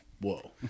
Whoa